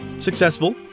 successful